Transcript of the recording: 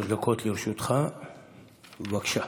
שלוש דקות לרשותך, בבקשה.